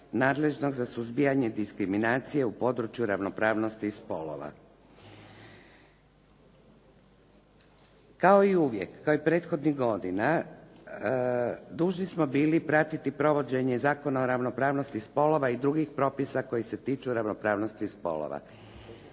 nadležnog za suzbijanje diskriminacije u području ravnopravnosti spolova. Kao i uvijek, kao i prethodnih godina, dužni smo bili pratiti provođenje Zakona o ravnopravnosti spolova i drugih propisa koji se tiču ravnopravnosti spolova.